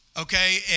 Okay